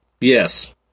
Yes